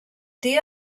dia